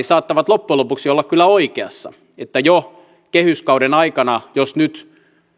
saattavat loppujen lopuksi olla kyllä oikeassa että jo kehyskauden aikana jos nyt